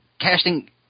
casting –